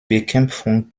bekämpfung